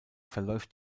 verläuft